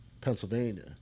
Pennsylvania